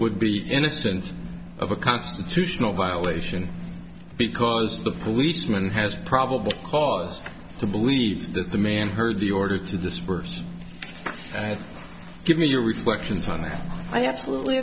would be innocent of a constitutional violation because the policeman has probable cause to believe that the man heard the order to disperse and give me your reflections on i absolutely